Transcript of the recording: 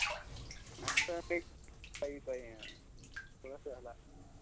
تۄہہِ تۄہہِ